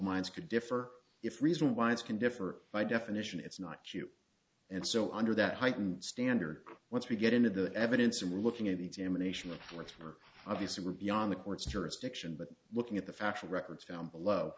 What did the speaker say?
minds can differ if reason why it's can differ by definition it's not you and so under that heightened standard once we get into the evidence we're looking at examination of which were obviously were beyond the court's jurisdiction but looking at the factual records found below